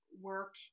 work